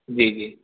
جی جی